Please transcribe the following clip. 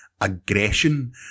aggression